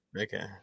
okay